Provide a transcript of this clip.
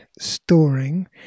storing